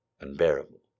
unbearable